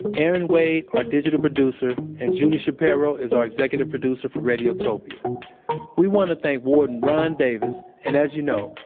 erin wade our digital producer, and julie shapiro is our executive producer for radiotopia we want to thank warden ron davis, and as you know,